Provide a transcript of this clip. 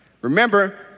Remember